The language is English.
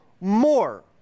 more